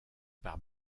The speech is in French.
par